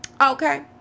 Okay